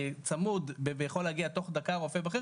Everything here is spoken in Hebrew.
צמוד ויכול להגיע בתוך דקה והוא רופא בכיר,